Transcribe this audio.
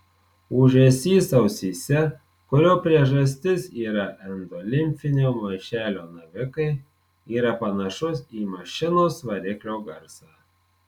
ūžesys ausyse kurio priežastis yra endolimfinio maišelio navikai yra panašus į mašinos variklio garsą